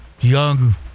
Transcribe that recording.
young